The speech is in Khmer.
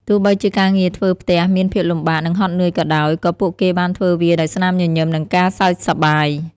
ទោះបីជាការងារធ្វើផ្ទះមានភាពលំបាកនិងហត់នឿយក៏ដោយ ក៏ពួកគេបានធ្វើវាដោយស្នាមញញឹមនិងការសើចសប្បាយ។